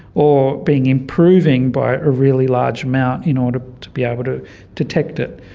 or being improving by a really large amount in order to be able to detect it.